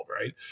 right